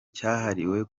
cyahariwe